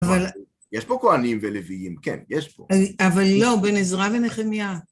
יש פה כהנים ולוויים, כן, יש פה. אבל לא, בן עזרא ונחמיה.